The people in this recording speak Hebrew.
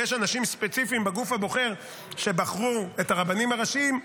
ויש אנשים ספציפיים בגוף הבוחר שבחרו את הרבנים הראשיים,